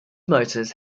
motors